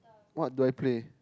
what do I play